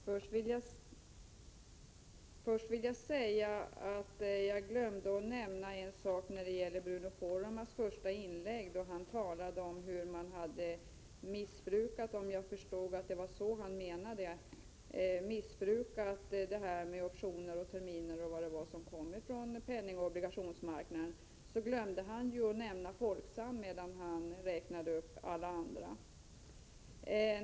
Herr talman! Bruno Poromaa talade i sitt första inlägg — om jag förstod honom rätt — om missbruket av optioner, terminer etc. på penningoch obligationsmarknaden. Men han glömde att nämna Folksam i sin uppräkning.